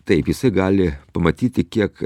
taip jisai gali pamatyti kiek